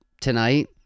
tonight